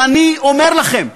שאני אומר לכם,